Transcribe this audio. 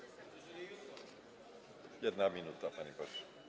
1 minuta, panie pośle.